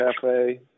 Cafe